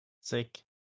Sick